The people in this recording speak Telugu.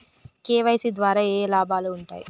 కే.వై.సీ ద్వారా ఏఏ లాభాలు ఉంటాయి?